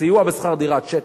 סיוע בשכר דירה, צ'קים.